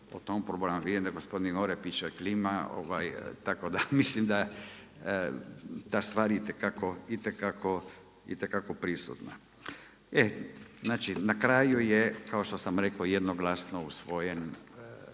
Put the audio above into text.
o tom problemu. Vidim da gospodin Orepić klima, tako da mislim da je stvar itekako prisutna. E znači, na kraju je kao što sam rekao jednoglasno usvojene